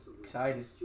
Excited